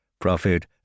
Prophet